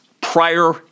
prior